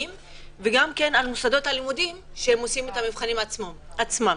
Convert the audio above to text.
וגם על מוסדות הלימודים שעושים את המבחנים עצמם.